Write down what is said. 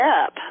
up